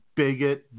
bigot